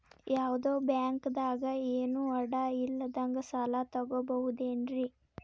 ಯಾವ್ದೋ ಬ್ಯಾಂಕ್ ದಾಗ ಏನು ಅಡ ಇಲ್ಲದಂಗ ಸಾಲ ತಗೋಬಹುದೇನ್ರಿ?